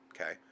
Okay